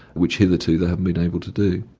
which hitherto they haven't been able to do.